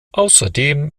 außerdem